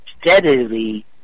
steadily